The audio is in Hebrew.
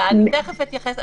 תכף אתייחס.